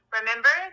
Remember